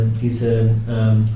diese